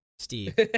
Steve